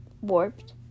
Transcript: warped